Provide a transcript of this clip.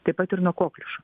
taip pat ir nuo kokliušo